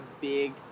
big